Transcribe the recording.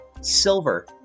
silver